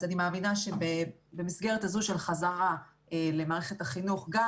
אז אני מאמינה שבמסגרת הזו של חזרה למערכת החינוך גם